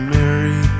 Mary